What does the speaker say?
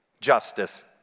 justice